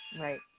Right